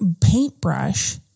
paintbrush